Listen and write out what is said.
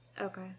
Okay